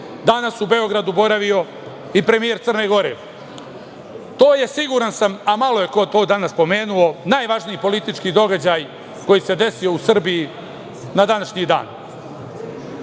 danas u Beogradu boravio i premijer Crne Gore. To je, siguran sam, a malo je ko to danas spomenuo, najvažniji politički događaj koji se desio u Srbiji na današnji